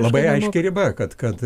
labai aiški riba kad kad